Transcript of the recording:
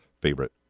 favorite